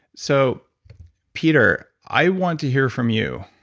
so peter, i want to hear from you,